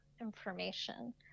information